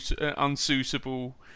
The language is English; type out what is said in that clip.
unsuitable